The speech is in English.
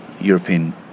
European